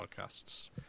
podcasts